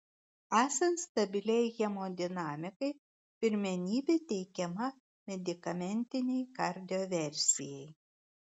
esant stabiliai hemodinamikai pirmenybė teikiama medikamentinei kardioversijai